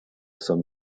sun